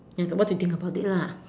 ya so what do you think about it lah